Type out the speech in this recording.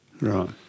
Right